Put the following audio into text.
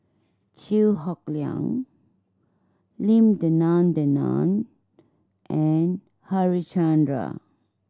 Chew Hock Leong Lim Denan Denon and Harichandra